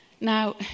Now